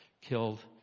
killed